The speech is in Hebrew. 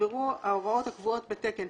יגברו ההוראות הקבועות בתקן.""